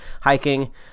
hiking